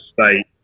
state